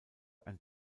ein